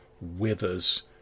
withers